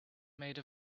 made